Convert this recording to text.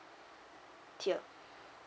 tier